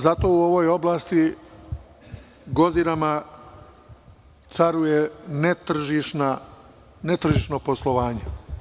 Zato u ovoj oblasti godinama caruje netržišno poslovanje.